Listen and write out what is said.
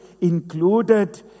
included